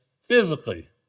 physically